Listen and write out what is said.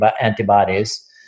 antibodies